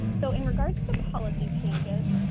so in regards to policy changes,